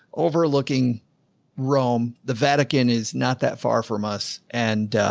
overlooking rome. the vatican is not that far from us. and,